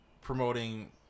promoting